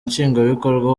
nshingwabikorwa